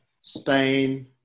spain